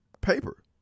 paper